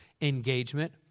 engagement